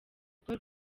paul